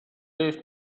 leave